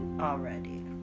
already